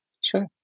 Sure